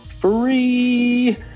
free